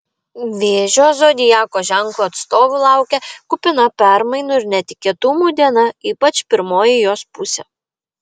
vėžio zodiako ženklo atstovų laukia kupina permainų ir netikėtumų diena ypač pirmoji jos pusė